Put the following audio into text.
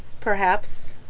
perhaps.